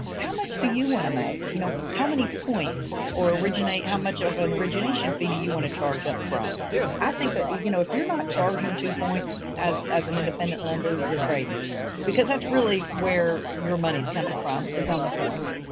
how much do you want to make? you know, how many points or originate, how much of an origination fee you want to charge up front? yeah i think ah that, you know, if you're not charging two points as as an independent lender, you're crazy because that's really where your money's coming from is on the points.